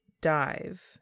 Dive